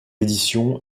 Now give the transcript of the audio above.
édition